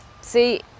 see